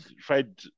Fred